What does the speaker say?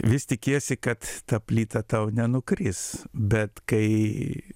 vis tikiesi kad ta plyta tau nenukris bet kai